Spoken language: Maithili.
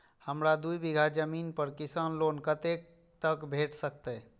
हमरा दूय बीगहा जमीन पर किसान लोन कतेक तक भेट सकतै?